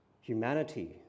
Humanity